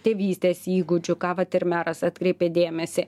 tėvystės įgūdžių ka vat ir meras atkreipė dėmesį